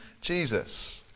Jesus